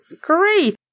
Great